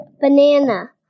Banana